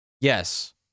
yes